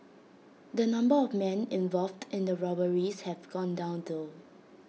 the number of men involved in the robberies have gone down though